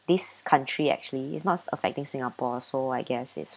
this country actually is not affecting singapore so I guess it's